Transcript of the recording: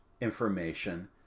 information